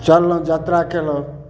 चललऽ यात्रा केलहुॅं